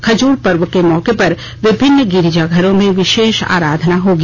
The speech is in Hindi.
खजूर पर्व के मौके पर विभिन्न गिरिजाघरों में विशेष आराधना होगी